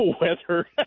weather